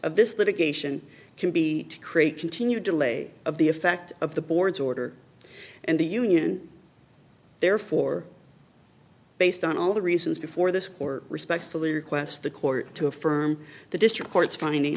of this litigation can be to create continued delay of the effect of the board's order and the union therefore based on all the reasons before this or respectfully request the court to affirm the district court's finding